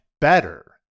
better